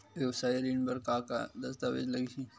वेवसायिक ऋण बर का का दस्तावेज लगही?